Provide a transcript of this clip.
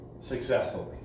successfully